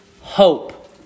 hope